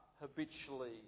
habitually